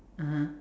(uh huh)